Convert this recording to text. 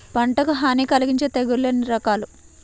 పంటకు హాని కలిగించే తెగుళ్ళ రకాలు ఎన్ని?